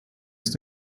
ist